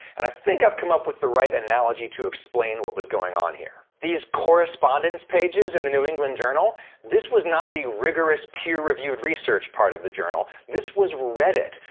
and i think i've come up with the right analogy to explain what was going on here. these correspondence pages in the new england journal this was not the rigorous peer-reviewed research part of the journal. this was reddit.